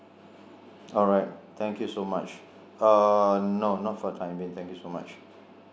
alright thank you so much err no not for the time being thank you so much